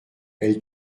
elle